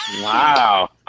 wow